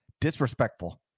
Disrespectful